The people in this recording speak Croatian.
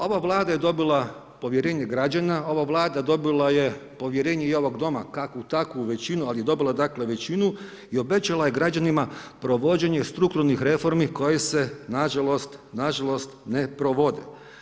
Ova Vlada je dobila povjerenje građana, ova Vlada dobila je povjerenje i ovog Doma kakvu takvu većinu, ali je dobila dakle većinu i obećala je građanima provođenje strukturnih reformi koje se na žalost ne provode.